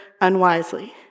unwisely